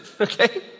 okay